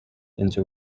into